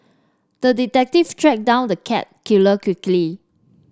the detective tracked down the cat killer quickly